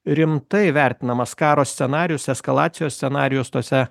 rimtai vertinamas karo scenarijus eskalacijos scenarijus tose